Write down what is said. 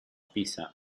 pisa